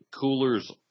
coolers